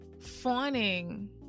fawning